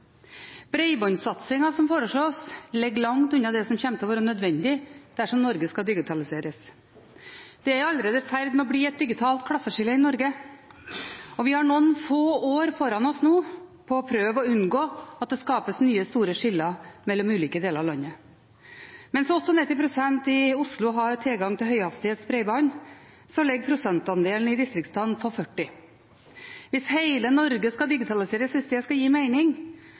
Bredbåndssatsingen som foreslås, ligger langt unna det som kommer til å være nødvendig dersom Norge skal digitaliseres. Det er allerede i ferd med å bli et digitalt klasseskille i Norge, og vi har noen få år foran oss nå på å prøve å unngå at det skapes nye store skiller mellom ulike deler av landet. Mens 98 pst. i Oslo har tilgang til høyhastighets bredbånd, ligger prosentandelen i distriktene på 40. Hvis hele Norge skal digitaliseres, hvis det skal gi mening,